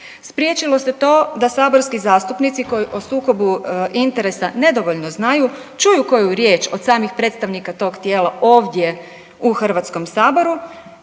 Spriječilo se to, da saborski zastupnici koji o sukobu interesa nedovoljno znaju, čuju koju riječ od samih predstavnika tog tijela, ovdje u Hrvatskom saboru.